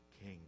king